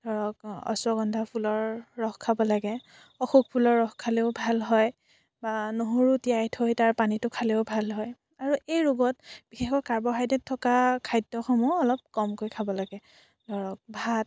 ধৰক অশ্বগন্ধা ফুলৰ ৰস খাব লাগে অশোক ফুলৰ ৰস খালেও ভাল হয় বা নহৰু তিয়াই থৈ তাৰ পানীটো খালেও ভাল হয় আৰু এই ৰোগত বিশেষকৈ কাৰ্বহাইড্ৰেট থকা খাদ্যসমূহ অলপ কমকৈ খাব লাগে ধৰক ভাত